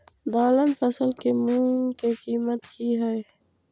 दलहन फसल के मूँग के कीमत की हय?